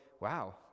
wow